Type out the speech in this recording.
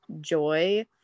joy